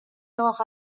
nord